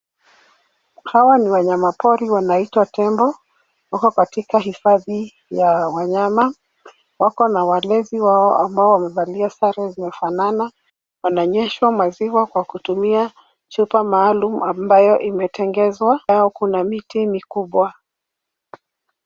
Hawa ni wanyamapori wanaitwa tembo. Wako katika hifadhi ya wanyama. Wako na walezi wao ambao wamevalia sare zinafanana. Wananyweshwa maziwa kwa kutumia chupa maalum ambayo imetengezwa. Nayo kuna miti mikubwa.